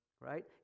Right